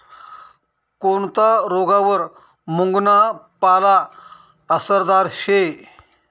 कोनता रोगवर मुंगना पाला आसरदार शे